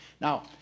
Now